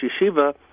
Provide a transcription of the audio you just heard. Yeshiva